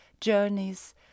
journeys